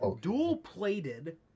dual-plated